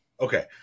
Okay